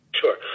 Sure